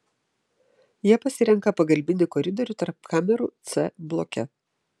jie pasirenka pagalbinį koridorių tarp kamerų c bloke